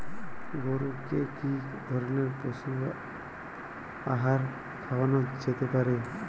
গরু কে কি ধরনের পশু আহার খাওয়ানো যেতে পারে?